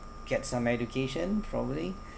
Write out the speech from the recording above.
get some education probably